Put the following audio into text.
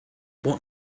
what